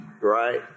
Right